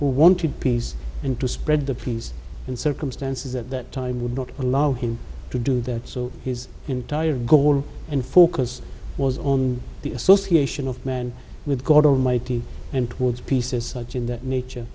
wanted peace and to spread the pleas and circumstances that time would not allow him to do that so his entire goal and focus was on the association of men with god almighty and towards peace is in the nature